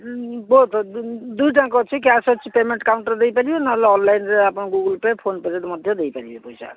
both ଦୁଇଟା ଯାକ ଅଛି କ୍ୟାସ୍ ଅଛି ପେମେଣ୍ଟ୍ କାଉଣ୍ଟର୍ରେ ଦେଇପାରିବେ ନ ହେଲେ ଅନଲାଇନରେ ଆପଣ ଗୁଗୁଲ୍ ପେ ଫୋନ୍ ପେରେ ମଧ୍ୟ ଦେଇପାରିବେ ପଇସା